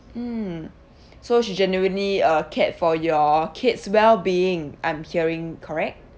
mm so she genuinely uh cared for your kid's well being I'm hearing correct